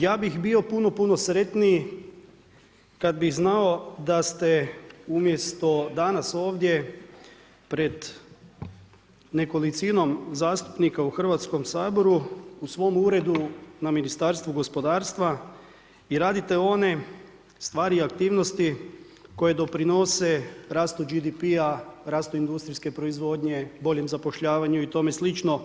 Ja bi bio puno puno sretniji, kad bi znao da ste umjesto danas ovdje, pred nekolicinom zastupnika u Hrvatskom saboru u svom uredu na Ministarstvu gospodarstva i radite one stvari i aktivnosti koje doprinose rastu GDP-a, rastu industrijske proizvodnje, boljem zapošljavanju i tome slično.